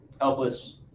Helpless